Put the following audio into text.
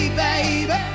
baby